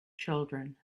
children